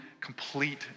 complete